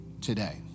today